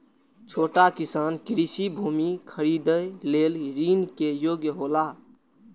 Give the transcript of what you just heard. छोट किसान कृषि भूमि खरीदे लेल ऋण के योग्य हौला?